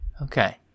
Okay